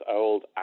old